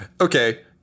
Okay